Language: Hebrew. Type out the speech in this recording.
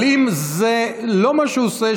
אבל אם זה לא מה שהוא עושה,